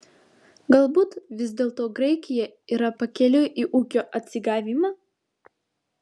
galbūt vis dėlto graikija yra pakeliui į ūkio atsigavimą